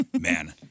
Man